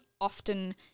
often